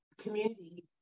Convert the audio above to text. community